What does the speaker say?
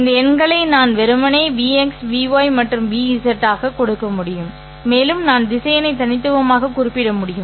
இந்த எண்களை நான் வெறுமனே Vx Vy மற்றும் Vz கொடுக்க முடியும் மேலும் நான் திசையனை தனித்துவமாக குறிப்பிட முடியும்